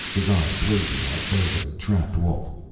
his eyes blazing like those of a trapped wolf.